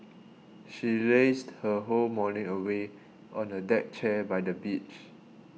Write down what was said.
she lazed her whole morning away on the deck chair by the beach